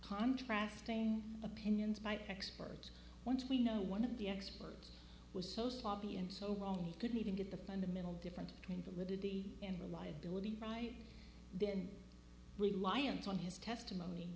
contrasts saying opinions by experts once we know one of the experts was so sloppy and so wrong he couldn't even get the fundamental difference between validity and reliability right then reliance on his testimony